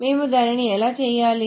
మేము దానిని ఎలా చేయాలి